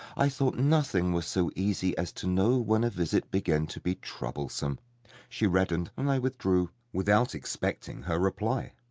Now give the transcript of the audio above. i thought nothing was so easy as to know when a visit began to be troublesome she reddened and i withdrew, without expecting her reply.